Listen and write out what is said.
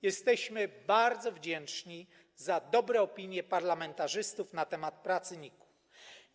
Jesteśmy bardzo wdzięczni za dobre opinie parlamentarzystów na temat pracy NIK-u.